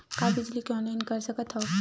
का बिजली के ऑनलाइन कर सकत हव?